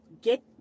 get